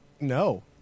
No